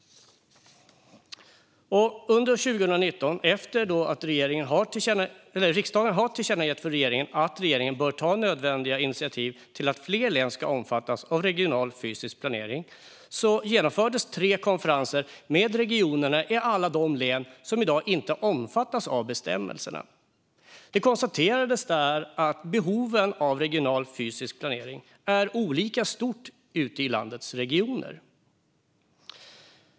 Under 2019, efter att riksdagen hade tillkännagett för regeringen att regeringen bör ta nödvändiga initiativ till att fler län ska omfattas av regional fysisk planering genomfördes tre konferenser med regionerna i alla de län som i dag inte omfattas av bestämmelserna. Det konstaterades där att behovet av regional fysisk planering är olika stort ute i landets regioner.